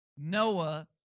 Noah